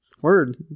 word